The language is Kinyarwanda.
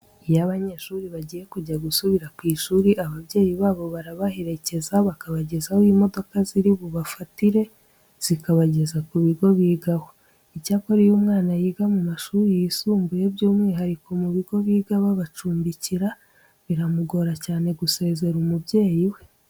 Iyo abanyeshuri bagiye kujya gusubira ku ishuri ababyeyi babo barabaherekeza bakabageza aho imodoka ziri bubafatire zikabageza ku bigo bigaho. Icyakora iyo umwana yiga mu mashuri yisumbuye by'umwihariko mu bigo biga babacumbikira, biramugora cyane gusezera umubyeyi we.